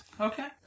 okay